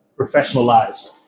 professionalized